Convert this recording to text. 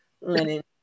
linen